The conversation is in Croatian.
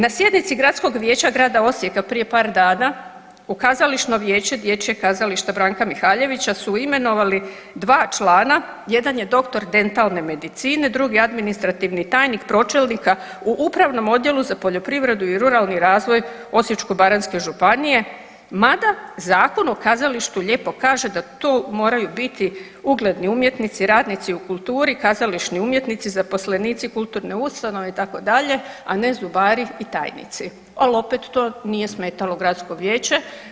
Na sjednici Gradskog vijeća grada Osijeka prije par dana u kazališno vijeće Dječjeg kazališta Branka Mihaljevića su imenovali 2 člana jedan je doktor dentalne medicine, drugi administrativni tajnik pročelnika u Upravnom odjelu za poljoprivredu i ruralni razvoj Osječko-baranjske županije mada Zakon o kazalištu lijepo kaže da to moraju biti ugledni umjetnici, radnici u kulturi, kazališni umjetnici, zaposlenici kulturne ustanove itd., a ne zubari i tajnici, ali opet to nije smetalo gradsko vijeće.